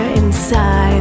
inside